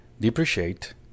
depreciate